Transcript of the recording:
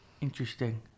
interesting